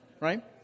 right